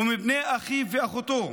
ומבני אחיו ואחותו.